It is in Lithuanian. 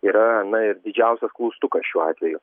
yra na ir didžiausias klaustukas šiuo atveju